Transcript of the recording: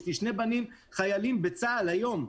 יש לי שני בנים חיילים בצה"ל היום,